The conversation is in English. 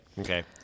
okay